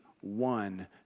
one